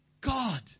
God